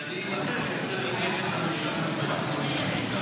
זה יעלה ביום ראשון בוועדת שרים,